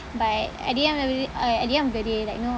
but at the end of uh at the end of the day like you know